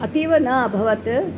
अतीव न अभवत्